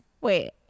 Wait